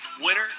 Winner